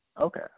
Okay